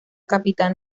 capitán